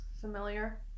familiar